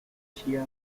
asia